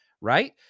Right